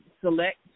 select